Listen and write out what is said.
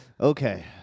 Okay